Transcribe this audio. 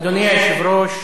אדוני היושב-ראש,